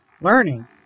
learning